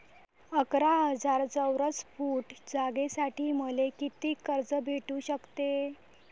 अकरा हजार चौरस फुट जागेसाठी मले कितीक कर्ज भेटू शकते?